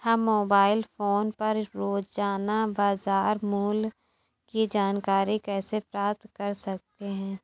हम mobile phone पर रोजाना बाजार मूल्य की जानकारी कैसे प्राप्त कर सकते हैं?